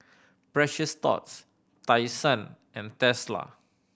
Precious Thots Tai Sun and Tesla